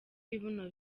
ibibuno